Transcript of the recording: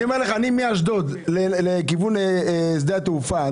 מאשדוד לכיוון שדה התעופה,